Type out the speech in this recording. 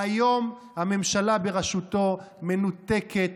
והיום הממשלה בראשותו מנותקת,